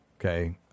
Okay